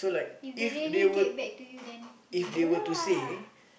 if they really get back to you then you go lah